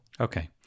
Okay